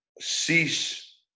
cease